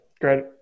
great